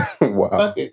Wow